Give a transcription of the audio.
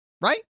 Right